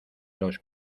los